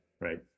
right